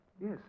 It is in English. Yes